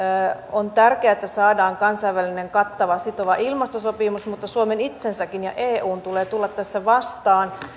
on tärkeää että saadaan kansainvälinen kattava sitova ilmastosopimus mutta suomen itsensäkin ja eun tulee tulla tässä vastaan